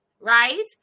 Right